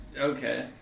okay